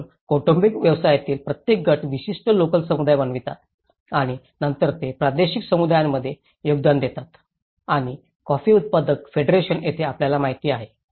म्हणून कौटुंबिक व्यवसायातील प्रत्येक गट विशिष्ट लोकल समुदाय बनवतात आणि नंतर ते प्रादेशिक समुदायांमध्ये योगदान देतात आणि कॉफी उत्पादक फेडरेशन येथे आपल्याला माहिती आहे